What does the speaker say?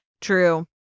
true